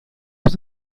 was